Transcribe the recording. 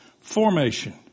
formation